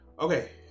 okay